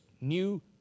new